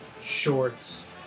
shorts